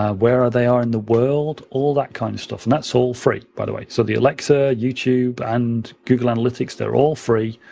um where they are in the world. all that kind of stuff, and that's all free, by the way. so the alexa, youtube and google analytics, they're all free,